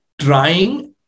Trying